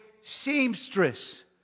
seamstress